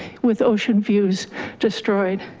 with ocean views destroyed.